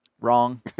Wrong